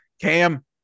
Cam